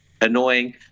annoying